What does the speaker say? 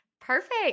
Perfect